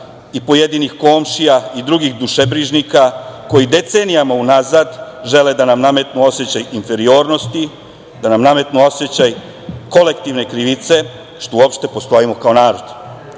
i pojedinih komšija i drugih dušebrižnika koji decenijama unazad žele da nam nametnu osećaj inferiornosti, da nam nametnu osećaj kolektivne krivice što uopšte postojimo kao narod. Srpski